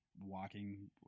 walking